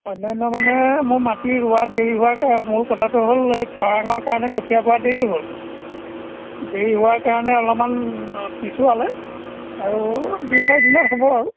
অন্যান্য মানে মোৰ মাটি ৰোৱা দেৰি হোৱাৰ কাৰ মোৰ কথাটো হ'ল এই খৰাঙৰ কাৰণে কঠীয়া পৰা দেৰি হ'ল দেৰি হোৱাৰ কাৰণে অলপমান পিছুৱালে আৰু দুই চাৰিদিনত হ'ব আৰু